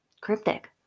cryptic